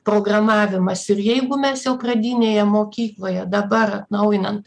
programavimas ir jeigu mes jau pradinėje mokykloje dabar atnaujinant